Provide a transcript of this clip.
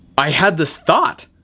i had this thought,